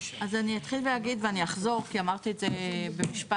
אני אתחיל ואגיד ואני אחזור כי אמרתי את זה במשפט.